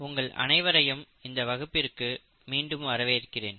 உங்கள் அனைவரையும் இந்த வகுப்பிற்கு மீண்டும் வரவேற்கிறேன்